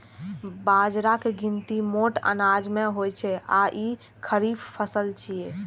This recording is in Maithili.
बाजराक गिनती मोट अनाज मे होइ छै आ ई खरीफ फसल छियै